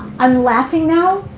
i'm laughing now,